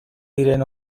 diren